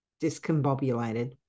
discombobulated